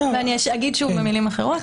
אני אומר שוב במלים אחרות.